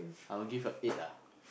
I will give a eight ah